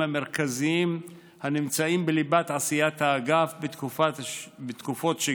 המרכזיים הנמצאים בליבת עשיית האגף בתקופת שגרה,